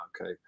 okay